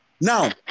Now